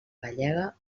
gallega